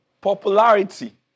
Popularity